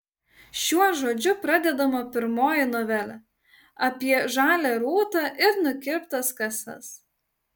šiuo žodžiu pradedama pirmoji novelė apie žalią rūtą ir nukirptas kasas